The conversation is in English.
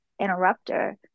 interrupter